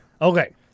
Okay